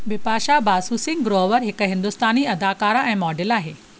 बिपाशा बासु सिंह ग्रोवर हिकु हिंदुस्तानी अदाकारा ऐं मॉडल आहे